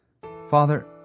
Father